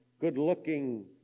good-looking